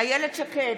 איילת שקד,